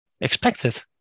expected